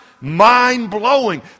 mind-blowing